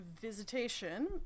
visitation